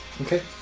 Okay